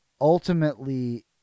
ultimately